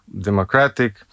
democratic